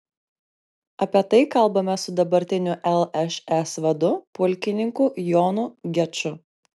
apie tai kalbamės su dabartiniu lšs vadu pulkininku jonu geču